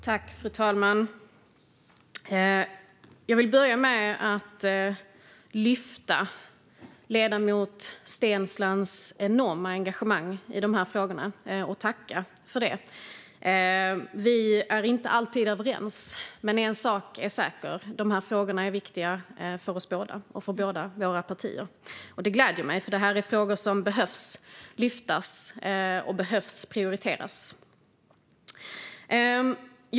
Fru talman! Jag vill börja med att lyfta fram ledamoten Pia Steenslands enorma engagemang i de här frågorna och tacka för det. Vi är inte alltid överens, men en sak är säker: De här frågorna är viktiga för oss båda och för båda våra partier. Det gläder mig, för det här är frågor som behöver lyftas och prioriteras.